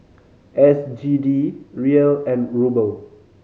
S G D Riel and Ruble